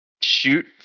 shoot